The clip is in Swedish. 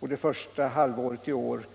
Under första halvåret i år